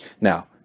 Now